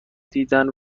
دیدن